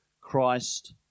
Christ